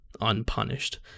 unpunished